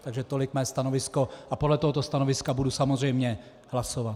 Takže tolik mé stanovisko a podle tohoto stanoviska budu samozřejmě hlasovat.